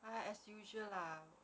ah as usual lah